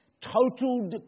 Total